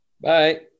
Bye